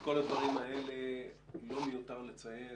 כל הדברים האלה, לא מיותר לציין